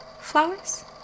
flowers